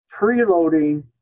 preloading